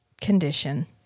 condition